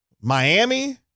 Miami